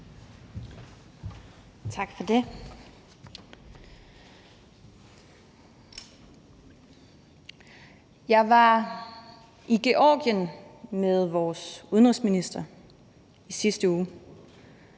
Jeg var i Georgien med vores udenrigsminister i sidste uge,